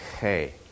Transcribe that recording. hey